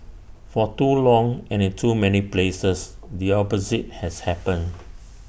for too long and in too many places the opposite has happened